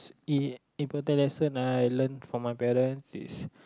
s~ i~ important lesson I learnt from my parents is